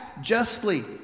justly